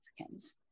Africans